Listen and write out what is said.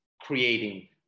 creating